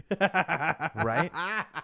Right